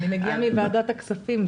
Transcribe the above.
אני מגיעה מוועדת הכספים.